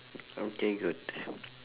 okay good